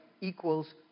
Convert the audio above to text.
equals